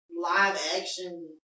live-action